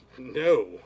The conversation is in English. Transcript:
No